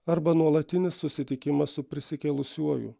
arba nuolatinis susitikimas su prisikėlusiuoju